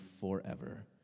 forever